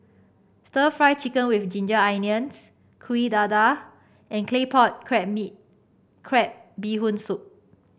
stir Fry Chicken with Ginger Onions Kuih Dadar and claypot crab bee Crab Bee Hoon Soup